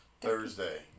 Thursday